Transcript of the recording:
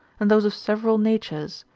and those of several natures,